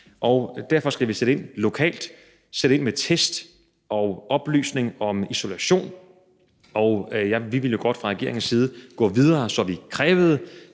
Derfor skal vi sætte ind lokalt, sætte ind med test og oplysning om isolation, og vi ville jo fra regeringens side godt gå videre, så vi i det